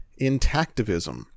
intactivism